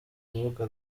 urubuga